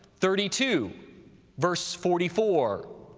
thirty two verse forty four.